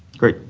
great.